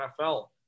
NFL